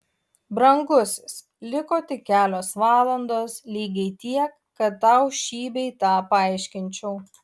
brangusis liko tik kelios valandos lygiai tiek kad tau šį bei tą paaiškinčiau